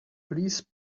please